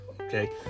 Okay